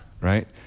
Right